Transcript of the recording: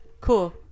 cool